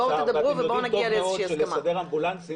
אתם יודעים טוב מאוד שלסדר אמבולנסים